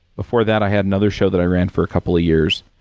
before that i had another show that i ran for a couple of years.